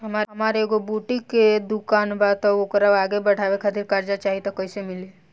हमार एगो बुटीक के दुकानबा त ओकरा आगे बढ़वे खातिर कर्जा चाहि त कइसे मिली?